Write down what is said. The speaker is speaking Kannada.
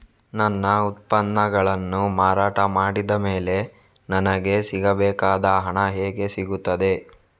ನನ್ನ ಉತ್ಪನ್ನಗಳನ್ನು ಮಾರಾಟ ಮಾಡಿದ ಮೇಲೆ ನನಗೆ ಸಿಗಬೇಕಾದ ಹಣ ಹೇಗೆ ಸಿಗುತ್ತದೆ?